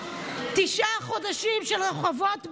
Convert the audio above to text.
תשעה חודשים של רחובות בוערים,